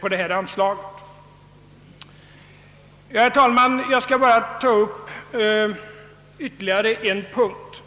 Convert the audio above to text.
detta anslag. Herr talman! Jag skall sedan bara ta upp ytterligare en punkt.